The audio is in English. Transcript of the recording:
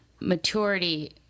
maturity